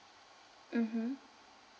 mmhmm